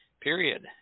period